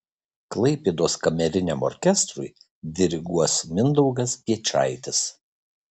klaipėdos kameriniam orkestrui diriguos mindaugas piečaitis